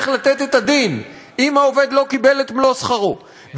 לתת את הדין אם העובד לא קיבל את מלוא שכרו,